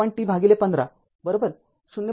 ५t१५ ०